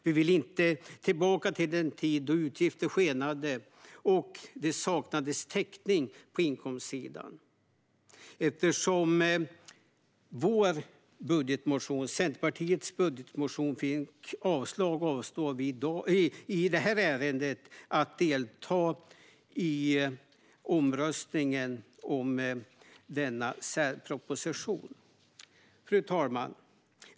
Vi vill inte tillbaka till den tid då utgifter skenade och det saknades täckning på inkomstsidan. Eftersom Centerpartiets budgetmotion har avslagits avstår vi i detta ärende från att delta i omröstningen om särpropositionen. Fru talman!